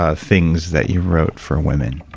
ah things that you wrote for women?